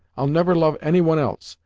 i'll never love any one else!